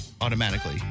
automatically